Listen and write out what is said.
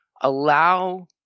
allow